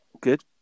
Good